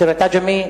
הסרט "עג'מי",